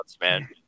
Man